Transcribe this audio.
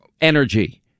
energy